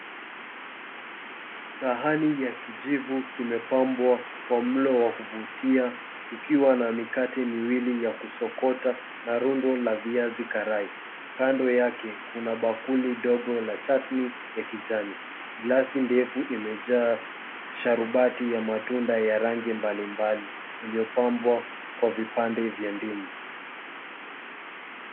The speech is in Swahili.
Sahani ya kijivu kimepambwa kwa mlo wa kuvutia ukiwa na mikate miwili ya kusokota na rundu la viazi karai. Kando yake kuna bakuli ndogo la chatni ya kijani. Glasi ndefu imejaa sharubati ya matunda ya rangi mbalimbali iliyopambwa kwa vipande vya ndimu.